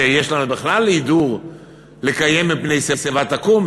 שיש לנו בכלל הידור לקיים "מפני שיבה תקום",